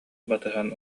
батыһан